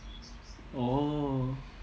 oh